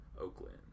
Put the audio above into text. Oakland